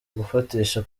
gufatisha